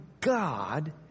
God